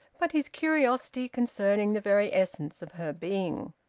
but his curiosity concerning the very essence of her being.